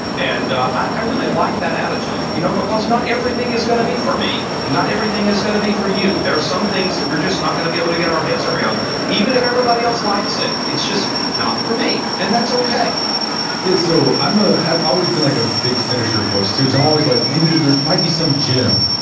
and i really liked that attitude you know because not everything is going to be for me. not everything is going to be for you. there are some things that we're just not going to be able to get our heads around even if everybody else likes it. it's just not for me. and that's okay yeah. so, i ah have always been like a big finisher of books too. because i'm always like maybe there's there's might be some gem,